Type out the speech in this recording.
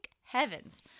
heavens